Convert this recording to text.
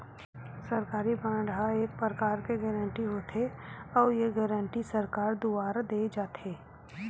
सरकारी बांड ह एक परकार के गारंटी होथे, अउ ये गारंटी सरकार दुवार देय जाथे